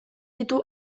ditu